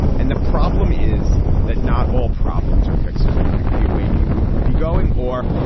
and the problem is that not all problems are fixable. that could be a way he would be going or.